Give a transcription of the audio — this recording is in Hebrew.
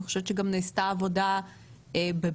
אני חושבת שגם נעשתה עבודה בבנק,